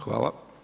Hvala.